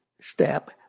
step